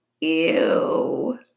Ew